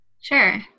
Sure